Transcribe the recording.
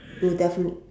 will definitely